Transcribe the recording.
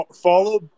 Follow